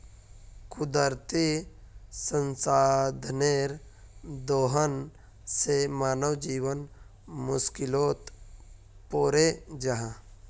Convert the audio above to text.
कुदरती संसाधनेर दोहन से मानव जीवन मुश्कीलोत पोरे जाहा